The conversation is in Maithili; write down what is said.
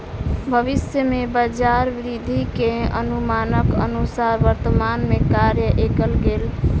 भविष्य में बजार वृद्धि के अनुमानक अनुसार वर्तमान में कार्य कएल गेल